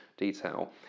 Detail